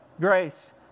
grace